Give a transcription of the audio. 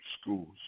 schools